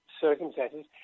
circumstances